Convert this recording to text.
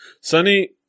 Sunny